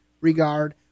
regard